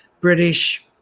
British